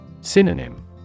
Synonym